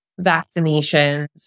vaccinations